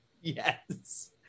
Yes